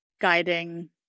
guiding